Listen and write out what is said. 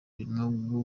birimwo